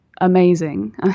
amazing